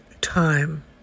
time